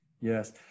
Yes